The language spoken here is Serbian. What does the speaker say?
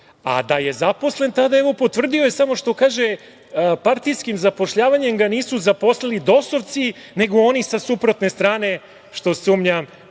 A da je zaposlen tad, evo potvrdio je, samo što kaže - partijskim zapošljavanjem ga nisu zaposlili DOS-ovci, nego oni sa suprotne strane, što sumnjam.